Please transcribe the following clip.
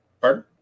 Pardon